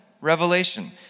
Revelation